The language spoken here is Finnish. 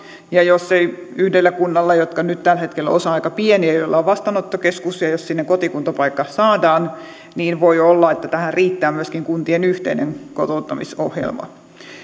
ja jos ei yhdellä kunnalla ole nyt tällä hetkellä niistä on osa aika pieniä joilla on vastaanottokeskus ja jos sinne kotikuntapaikka saadaan niin voi olla että tähän riittää myöskin kuntien yhteinen kotouttamisohjelma